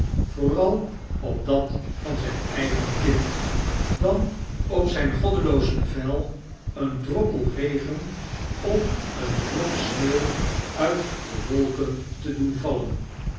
vooral op dat van zijn eigen kind dan om op zijn goddeloos bevel een droppel regen of eene vlok sneeuw uit de wolken te doen vallen